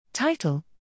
Title